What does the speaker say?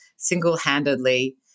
single-handedly